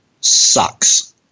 sucks